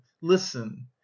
listen